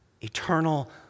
eternal